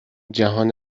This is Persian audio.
جهان